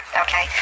Okay